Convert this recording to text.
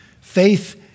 faith